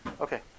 Okay